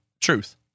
truth